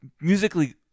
musically